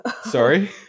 Sorry